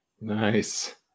Nice